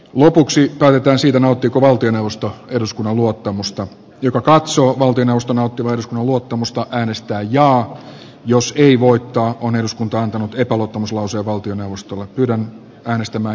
lopuksi kaadetaan siitä nauttiiko valtioneuvosto eduskunnan luottamusta joka katsoo valtioneuvoston nauttivan eduskunnan luottamusta äänestää jaa jos ei voittaa on antanut epäluottamuslause valtioneuvostolla kylän käynnistämä